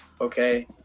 okay